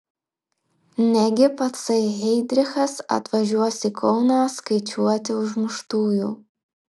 negi patsai heidrichas atvažiuos į kauną skaičiuoti užmuštųjų